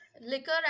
liquor